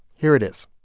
here it is